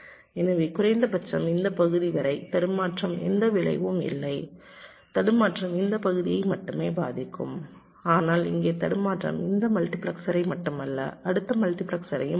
எனவே குறைந்தபட்சம் இந்த பகுதி வரை தடுமாற்றத்தின் எந்த விளைவும் இல்லை தடுமாற்றம் இந்த பகுதியை மட்டுமே பாதிக்கும் ஆனால் இங்கே தடுமாற்றம் இந்த மல்டிபிளெக்சரை மட்டுமல்ல அடுத்த மல்டிபிளெக்சரையும் பாதிக்கும்